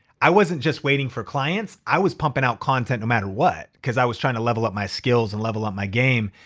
i wasn't just waiting for clients i was pumping out content no matter what. cause i was trynna level up my skills and level up my game.